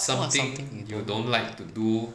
what's something you don~